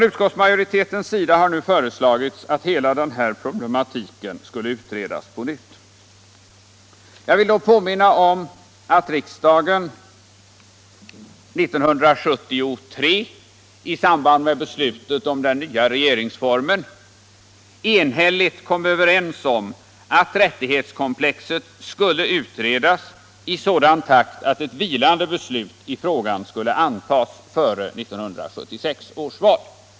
Utskottsmajoriteten har nu föreslagit att hela den här problematiken skall utredas på nytt. Jag vill då påminna om att riksdagen 1973 i samband med beslutet om den nya regeringsformen enhälligt kom överens om att rättighetskomplexet skulle utredas i sådan takt, att ett vilande beslut i frågan skulle antas före 1976 års val.